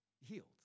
healed